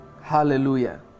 Hallelujah